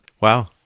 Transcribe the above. Wow